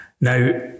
Now